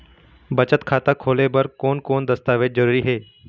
बचत खाता खोले बर कोन कोन दस्तावेज जरूरी हे?